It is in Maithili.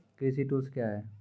कृषि टुल्स क्या हैं?